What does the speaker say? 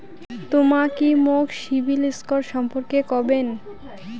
তমা কি মোক সিবিল স্কোর সম্পর্কে কবেন?